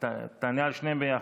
תענה על שתיהן ביחד.